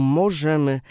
możemy